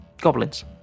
goblins